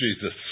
Jesus